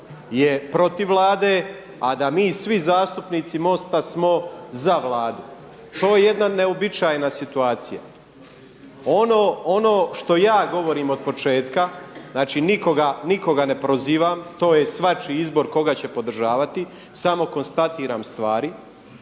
je protiv Vlade a da mi svi zastupnici MOST-a smo za Vladu. To je jedna neuobičajena situacija. Ono što ja govorim od početka, znači nikoga ne prozivam, to je svačiji izbor koga će podržavati, samo konstatiram stvari.